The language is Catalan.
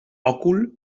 òcul